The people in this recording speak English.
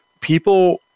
people